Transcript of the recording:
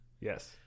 Yes